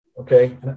Okay